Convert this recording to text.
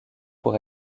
pour